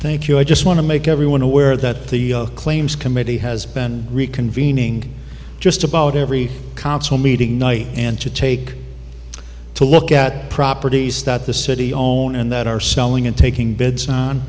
thank you i just want to make everyone aware that the claims committee has been reconvening just about every council meeting night and to take to look at properties that the city own and that are selling and taking bids on